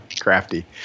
crafty